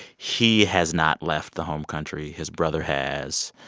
he has not left the home country. his brother has.